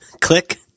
click